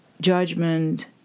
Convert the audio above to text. judgment